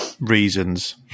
reasons